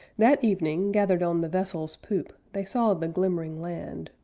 that evening, gathered on the vessel's poop, they saw the glimmering land,